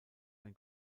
ein